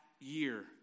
year